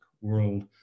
world